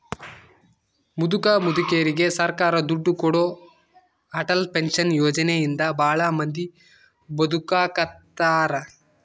ಮುದುಕ ಮುದುಕೆರಿಗೆ ಸರ್ಕಾರ ದುಡ್ಡು ಕೊಡೋ ಅಟಲ್ ಪೆನ್ಶನ್ ಯೋಜನೆ ಇಂದ ಭಾಳ ಮಂದಿ ಬದುಕಾಕತ್ತಾರ